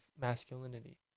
masculinity